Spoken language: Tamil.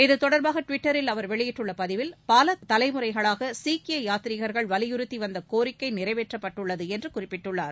இது தொடர்பாக டுவிட்டரில் அவர் வெளியிட்டுள்ள பதிவில் பல தலைமுறைகளாக சீக்கிய யாத்ரிகர்கள் வலியுறுத்தி வந்த கோரிக்கை நிறைவேற்றப்பட்டுள்ளது என்று அவர் குறிப்பிட்டுள்ளார்